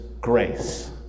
grace